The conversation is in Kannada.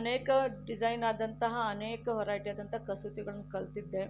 ಅನೇಕ ಡಿಸೈನ್ ಆದಂತಹ ಅನೇಕ ವೆರೈಟಿ ಆದಂತಹ ಕಸೂತಿಗಳನ್ನ ಕಲಿತಿದ್ದೆ